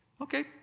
okay